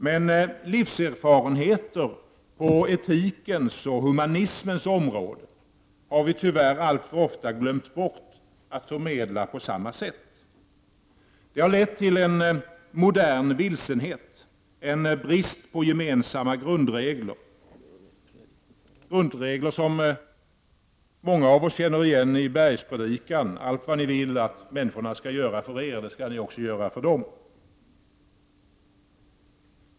Men livserfarenheter på etikens och humanismens område har vi tyvärr alltför ofta glömt att förmedla på samma sätt. Det har lett till en moderna vilsenhet, en brist på gemensamma grundregler, grundregler som många av oss känner igen från Bergspredikan: Allt vad ni vill att människorna skall göra er, det skall ni göra dem.